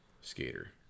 skater